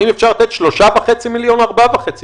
האם אפשר לתת 3.5 מיליון או 4.5 מיליון?